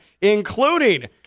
including